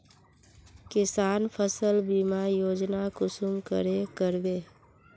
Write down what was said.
किसान फसल बीमा योजना कुंसम करे करबे?